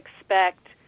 expect